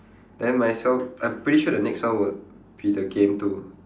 then might as well I'm pretty sure the next one would be the game too